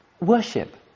Worship